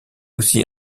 aussi